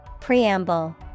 Preamble